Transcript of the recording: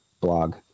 blog